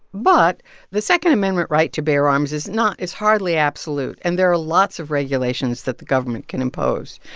but the second amendment right to bear arms is not is hardly absolute, and there are lots of regulations that the government can impose.